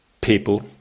people